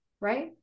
right